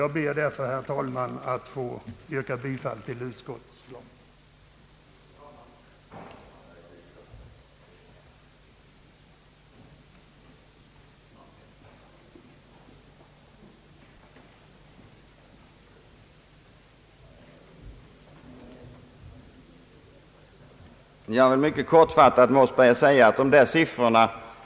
Jag ber därför, herr talman, att få yrka bifall till utskottets förslag.